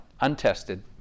untested